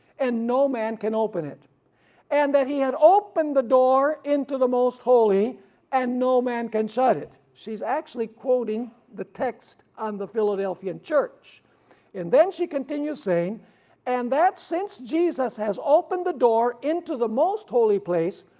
and no man can open it and that he had opened the door into the most holy and no man can shut it. she's actually quoting the text on the philadelphian church and then she continues saying and that since jesus has opened the door into the most holy place,